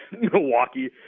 Milwaukee